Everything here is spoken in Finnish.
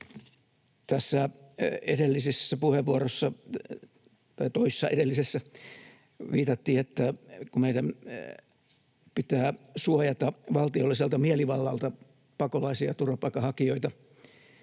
Yhdessä edellisistä puheenvuoroista viitattiin siihen, että kun meidän pitää suojata valtiolliselta mielivallalta pakolaisia, turvapaikanhakijoita,